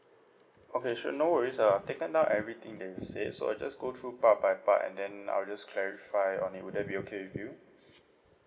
okay sure no worries uh I've taken down everything that you said so I just go through part by part and then I'll just clarify on it would that be okay with you